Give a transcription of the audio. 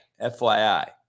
FYI